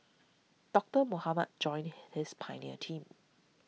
Doctor Mohamed joined this pioneer team